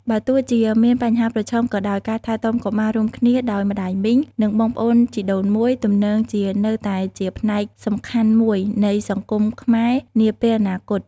បើទោះជាមានបញ្ហាប្រឈមក៏ដោយ ការថែទាំកុមាររួមគ្នាដោយម្ដាយមីង និងបងប្អូនជីដូនមួយទំនងជានៅតែជាផ្នែកសំខាន់មួយនៃសង្គមខ្មែរនាពេលអនាគត។